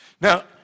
Now